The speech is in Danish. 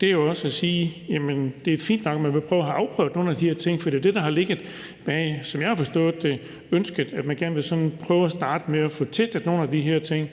til, handler om at sige, at det er fint nok, at man vil have afprøvet nogle af de her ting. For det, der har ligget bag, som jeg har forstået det, er et ønske om, at man gerne vil prøve at starte med at få testet nogle af de her ting.